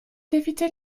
d’éviter